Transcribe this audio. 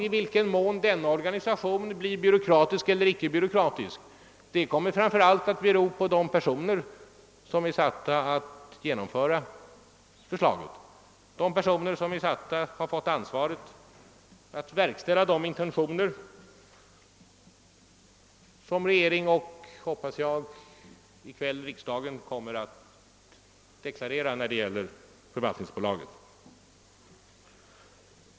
I vilken mån den blir byråkratisk eller icke i sitt sätt att arbeta kommer naturligtvis framför allt att bero på de personer som är satta att genomföra förslaget och som fått ansvaret att verkställa de intentioner regeringen och som jag hoppas i kväll riksdagen deklarerar när det gäller förvaltningsbolaget.